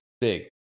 big